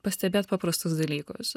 pastebėt paprastus dalykus